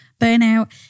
Burnout